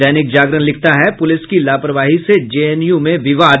दैनिक जागरण लिखता है पूलिस की लापरवाही से जेएनयू में विवाद